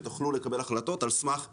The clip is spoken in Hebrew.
ותוכלו לקבל החלטות על סמך עובדות.